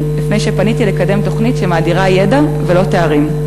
לפני שפניתי לקדם תוכנית שמאדירה ידע ולא תארים.